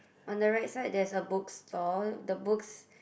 on the right side there's a book store the books